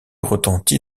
retentit